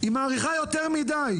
היא מאריכה יותר מידי,